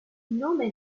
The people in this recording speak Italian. nome